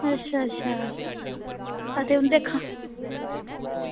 अच्छा अच्छा ते उंदे खानै आस्तै